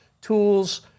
tools